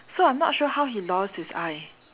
so I'm not sure how he lost his eye